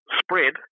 spread